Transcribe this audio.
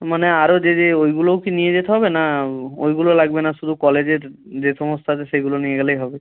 মানে আরও যে যে ওইগুলোও কি নিয়ে যেতে হবে না ওইগুলো লাগবে না শুধু কলেজের যে সমস্ত আছে সেগুলো নিয়ে গেলেই হবে